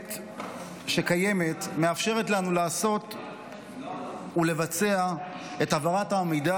המתקדמת שקיימת מאפשרת לנו לעשות ולבצע את העברת המידע